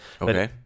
Okay